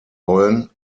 wollen